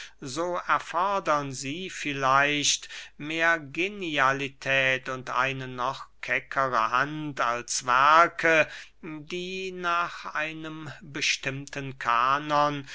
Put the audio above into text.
so erfordern sie vielleicht mehr genialität und eine noch keckere hand als werke die nach einem bestimmten kanon